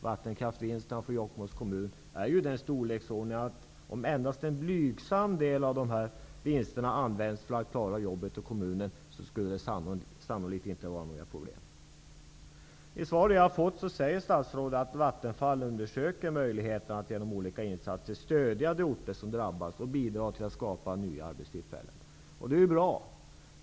Vattenkrafts vinst i Jokkmokks kommun är av den storleksordningen att det, även om endast en blygsam del av vinsterna användes för att klara jobben i kommunen, sannolikt inte skulle bli några problem. I det svar som jag har fått säger statsrådet att Vattenfall undersöker möjligheterna att genom olika insatser stödja de orter som drabbas och bidra till att skapa nya arbetstillfällen. Detta är bra.